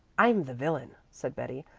i'm the villain, said betty.